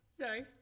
Sorry